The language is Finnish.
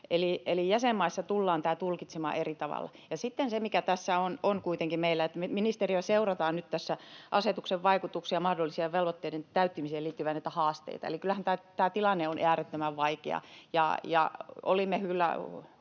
on meillä, on se, että ministeriössä seurataan nyt tässä asetuksen vaikutuksia, mahdollisia velvoitteiden täyttymiseen liittyviä haasteita. Eli kyllähän tämä tilanne on äärettömän vaikea.